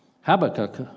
Habakkuk